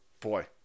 boy